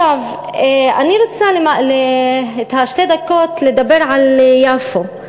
אני רוצה בשתי הדקות לדבר על יפו.